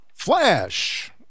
Flash